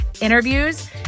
interviews